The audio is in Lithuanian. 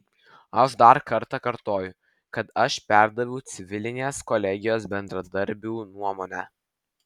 aš dar kartą kartoju kad aš perdaviau civilinės kolegijos bendradarbių nuomonę